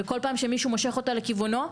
וכל פעם כשמישהו מושך אותה לכיוונו,